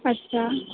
अच्छा